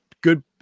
Good